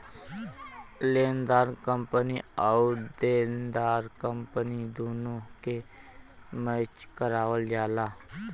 लेनेदार कंपनी आउर देनदार कंपनी दुन्नो के मैच करावल जाला